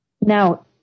Now